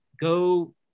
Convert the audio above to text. go